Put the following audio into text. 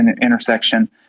intersection